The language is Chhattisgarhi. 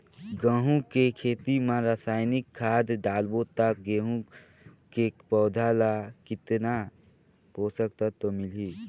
गंहू के खेती मां रसायनिक खाद डालबो ता गंहू के पौधा ला कितन पोषक तत्व मिलही?